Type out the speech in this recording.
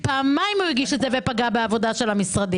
פעמיים הוא הגיש את זה ופגע בעבודה של המשרדים.